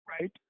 right